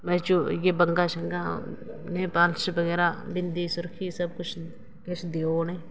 बंग्गां nail polish बगैरा बिंदी सूरखी सबकिश देओ उ'नेंगी